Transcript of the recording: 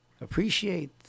appreciate